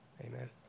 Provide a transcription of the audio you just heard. amen